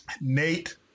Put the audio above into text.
Nate